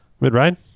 Mid-ride